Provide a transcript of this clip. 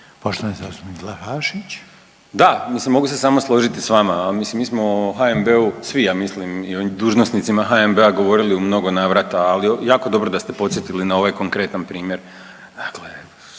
Bojan (Nezavisni)** Da. Mislim mogu se samo složiti s vama. Mislim mi smo HNB-u, svi ja mislim i ovim dužnosnicima HNB-a govorili u mnogo navrata, ali jako dobro da ste podsjetili na ovaj konkretan primjer.